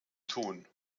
tun